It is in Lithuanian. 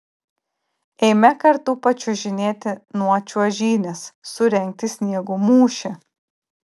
eime kartu pačiuožinėti nuo čiuožynės surengti sniego mūšį